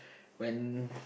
when